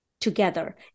together